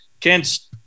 Ken's